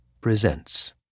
presents